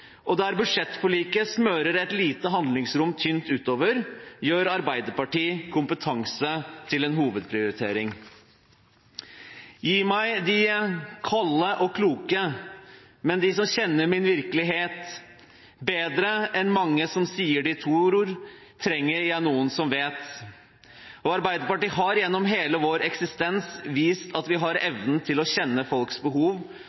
Der budsjettforliket smører et lite handlingsrom tynt utover, gjør Arbeiderpartiet kompetanse til en hovedprioritering. «Gi meg de kolde og kloke, som kjenner min virkelighet. Bedre enn mange som sier de tror, trenger jeg noen som vet.» Arbeiderpartiet har gjennom hele vår eksistens vist at vi har evnen til å kjenne folks behov,